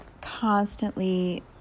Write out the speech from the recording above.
constantly